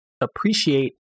appreciate